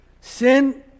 sin